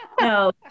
No